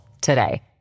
today